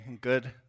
good